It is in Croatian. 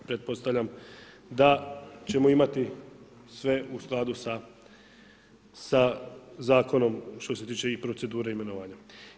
Pretpostavljam da ćemo imati sve u skladu sa zakonom, što se tiče i procedure imenovanja.